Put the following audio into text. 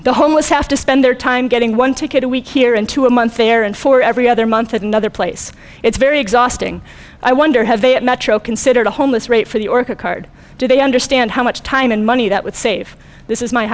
the homeless have to spend their time getting one ticket a week here into a month there and for every other month at another place it's very exhausting i wonder have a metro considered a homeless rate for the orca card do they understand how much time and money that would save this is my